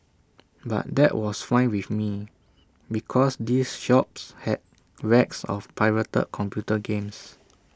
but that was fine with me because these shops had racks of pirated computer games